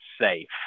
safe